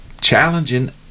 challenging